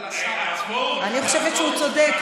אני חושבת שהוא צודק,